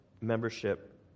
membership